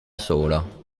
solo